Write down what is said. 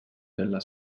della